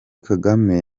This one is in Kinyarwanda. kagame